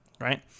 right